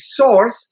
sourced